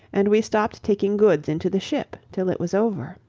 and we stopped taking goods into the ship till it was over.